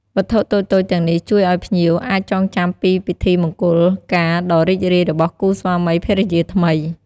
វត្ថុតូចៗទាំងនេះជួយឲ្យភ្ញៀវអាចចងចាំពីពិធីមង្គលការដ៏រីករាយរបស់គូស្វាមីភរិយាថ្មី។